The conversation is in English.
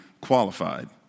qualified